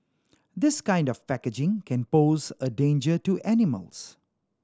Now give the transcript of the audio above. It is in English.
this kind of packaging can pose a danger to animals